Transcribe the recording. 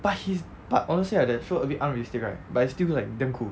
but he's but honestly ah that show a bit unrealistic right but it's still like damn cool